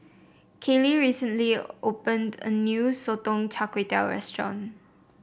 Kayley recently opened a new Sotong Char restaurant